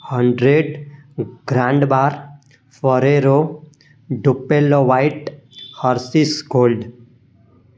hundred grand bar Ferrero Duplo white Hershey's called